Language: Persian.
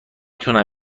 تونم